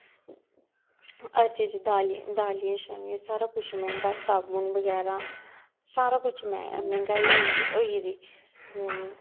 हर चीज दालीं दालीं शालीं सारा कुछ मैहंगा साबन बगैरा सारा कुछ मैहंगाई होइये दी हूं